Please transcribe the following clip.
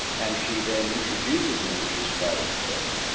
and she then introduces an emissions trading scheme.